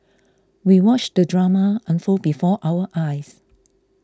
we watched the drama unfold before our eyes